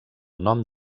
nom